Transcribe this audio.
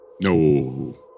No